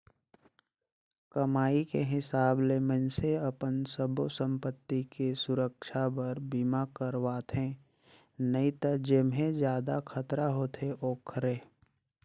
कमाई के हिसाब ले मइनसे अपन सब्बो संपति के सुरक्छा बर बीमा करवाथें नई त जेम्हे जादा खतरा होथे ओखरे